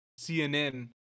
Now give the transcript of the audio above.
CNN